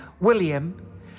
William